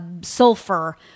sulfur